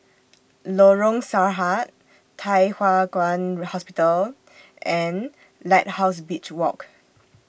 Lorong Sarhad Thye Hua Kwan Hospital and Lighthouse Beach Walk